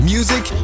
Music